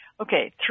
Okay